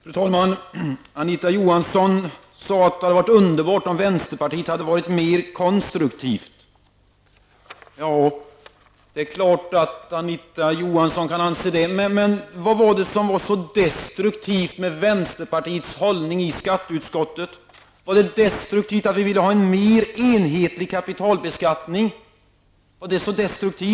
Fru talman! Anita Johansson sade att det hade varit underbart om vänsterpartiet hade varit mer konstruktivt. Det är klart att Anita Johansson kan anse det, men vad var det som var så destruktivt med vänsterpartiets hållning i skatteutskottet? Var det destruktivt att vi ville ha en mer enhetlig kapitalbeskattning?